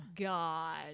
god